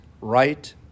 right